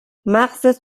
مغزت